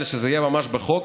אלא זה יהיה ממש בחוק.